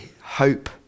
hope